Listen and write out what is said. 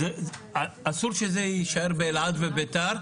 אסור שזה יישאר באלעד ובביתר,